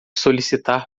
solicitar